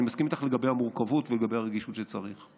אני מסכים איתך לגבי המורכבות ולגבי הרגישות שצריך.